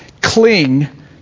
Cling